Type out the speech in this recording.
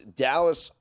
dallas